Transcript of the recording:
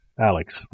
Alex